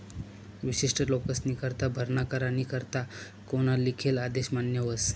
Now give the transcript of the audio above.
विशिष्ट लोकेस्नीकरता भरणा करानी करता कोना लिखेल आदेश मान्य व्हस